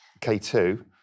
K2